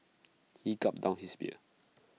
he gulped down his beer